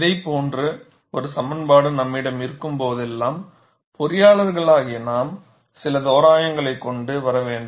இதைப் போன்ற ஒரு சமன்பாடு நம்மிடம் இருக்கும்போதெல்லாம் பொறியாளர்களாகிய நாம் சில தோராயங்களைக் கொண்டு வர வேண்டும்